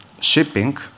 shipping